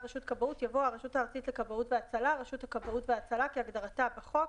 יבוא ""הרשות הארצית לכבאות והצלה" רשות הכבאות וההצלה כהגדרתה בחוק